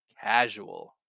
casual